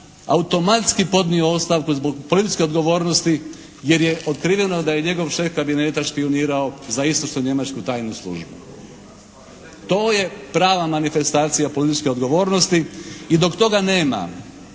automatski podnio ostavku zbog političke odgovornosti jer je otkriveno da je njegov šef kabineta špijunirao za istočnu Njemačku tajnu službu. To je prava manifestacija političke odgovornosti i dok toga nema,